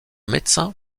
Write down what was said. médecin